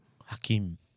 Hakim